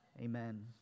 amen